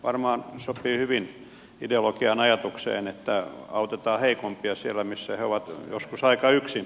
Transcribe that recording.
varmaan sopii hyvin ideologiaan ajatukseen että autetaan heikompia siellä missä he ovat joskus aika yksin